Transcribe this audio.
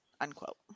unquote